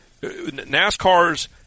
NASCAR's